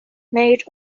made